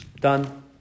done